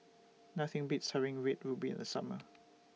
Nothing Beats having Red Ruby in The Summer